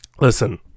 Listen